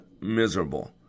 Miserable